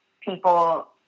people